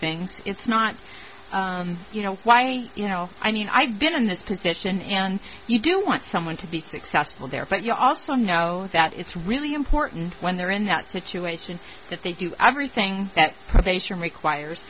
things it's not you know why you know i mean i've been in this position and you do want someone to be successful there but you also know that it's really important when they're in that situation that they do everything that